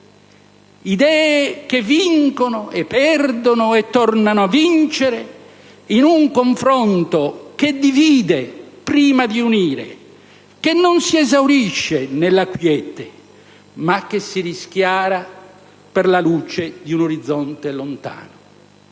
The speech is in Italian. idee che vincono e perdono e tornano a vincere in un confronto (...) che divide prima di unire, che non si esaurisce nella quiete ma che si rischiara per la luce di un orizzonte lontano».